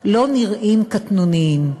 לא נראים קטנוניים.